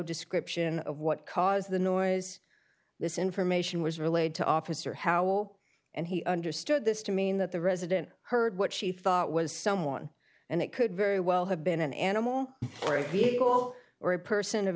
description of what caused the noise this information was relayed to officer how and he understood this to mean that the resident heard what she thought was someone and it could very well have been an animal be able or a person of